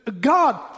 God